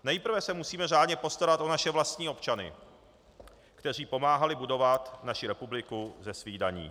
Nejprve se musíme řádně postarat o naše vlastní občany, kteří pomáhali budovat naši republiku ze svých daní.